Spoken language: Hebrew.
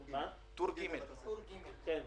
כן.